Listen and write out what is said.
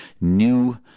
new